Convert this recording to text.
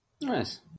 nice